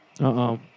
Uh-oh